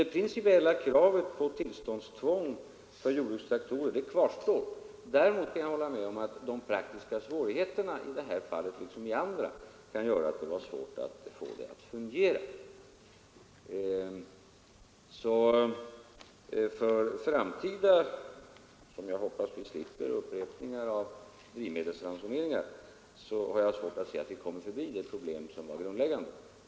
Det principiella kravet på tillståndstvång för jordbrukstraktorer kvarstår alltså, men däremot kan jag hålla med om att de praktiska problemen i det här fallet som i så många andra kan göra att det är svårt att få ett tillståndstvång att fungera. Vid framtida upprepningar av drivmedelsransoneringar — något som jag hoppas vi slipper — har jag svårt att se att vi kommer förbi dessa problem som är grundläggande.